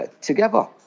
together